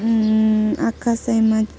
आकाशैमा